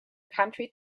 country